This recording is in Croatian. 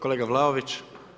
Kolega Vlaović.